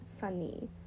Funny